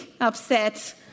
upset